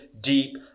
deep